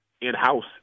in-house